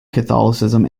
catholicism